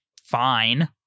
fine